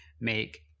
make